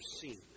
seen